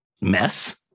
mess